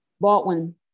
Baldwin